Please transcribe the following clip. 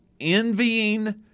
Envying